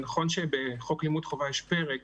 נכון שבחוק לימוד חובה יש פרק